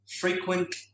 frequent